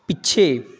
ਪਿੱਛੇ